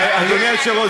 אדוני היושב-ראש,